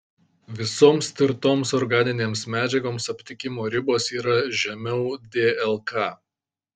visoms tirtoms organinėms medžiagoms aptikimo ribos yra žemiau dlk